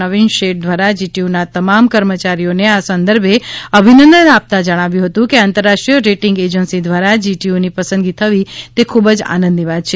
નવીન શેઠ દ્વારા જીટીયુના તમામ કર્મચારીઓને આ સંદર્ભે અભિનંદન આપતાં જણાવ્યું હતું કે આંતરરાષ્ટ્રીય રેટીંગ એજન્સી દ્વારા જીટીયુની પસંદગી થવી તે ખૂબજ આનંદની વાત છે